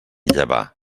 llevar